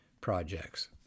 projects